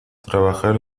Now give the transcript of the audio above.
trabajar